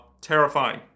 Terrifying